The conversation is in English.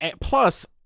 plus